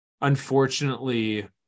unfortunately